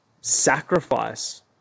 sacrifice